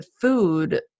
food